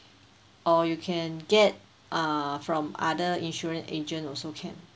or you can get uh from other insurance agent also can